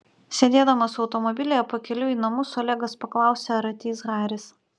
sėdėdamas automobilyje pakeliui į namus olegas paklausė ar ateis haris